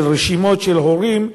של רשימות של הורים,